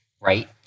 right